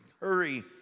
Hurry